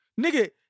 Nigga